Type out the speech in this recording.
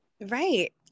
Right